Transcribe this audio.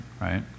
right